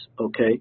okay